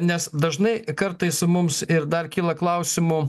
nes dažnai kartais mums ir dar kyla klausimų